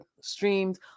streamed